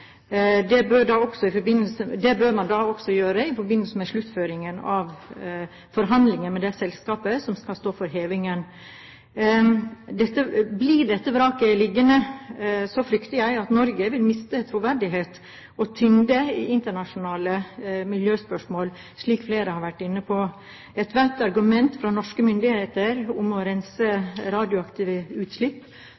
Det bør man også gjøre i forbindelse med sluttføringen av forhandlingene med det selskapet som skal stå for hevingen. Blir dette vraket liggende, frykter jeg at Norge vil miste troverdighet og tyngde i internasjonale miljøspørsmål, slik flere har vært inne på. Ethvert argument fra norske myndigheter om å rense